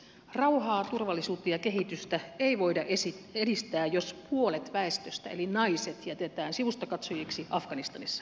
rauhaa turvallisuutta ja kehitystä ei voida edistää jos puolet väestöstä eli naiset jätetään sivustakatsojiksi afganistanissa